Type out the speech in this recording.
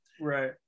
Right